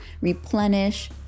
replenish